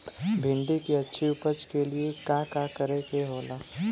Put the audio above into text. भिंडी की अच्छी उपज के लिए का का करे के होला?